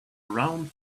round